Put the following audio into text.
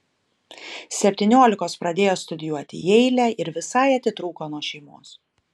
septyniolikos pradėjo studijuoti jeile ir visai atitrūko nuo šeimos